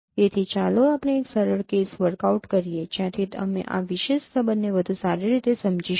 તેથી ચાલો આપણે એક સરળ કેસ વર્કઆઉટ કરીએ જ્યાંથી અમે આ વિશેષ સંબંધને વધુ સારી રીતે સમજી શકીશું